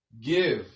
Give